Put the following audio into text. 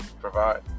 provide